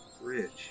Rich